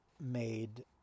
made